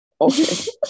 Okay